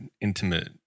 intimate